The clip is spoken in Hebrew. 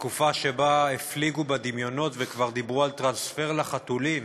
בתקופה שבה הפליגו בדמיונות וכבר דיברו על טרנספר לחתולים,